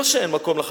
לא שאין מקום לחקיקה,